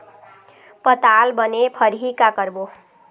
पताल बने फरही का करबो?